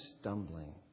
stumbling